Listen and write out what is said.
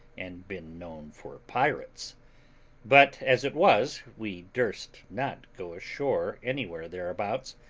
and been known for pirates but, as it was, we durst not go ashore anywhere thereabouts,